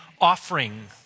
offering